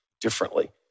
differently